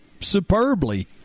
superbly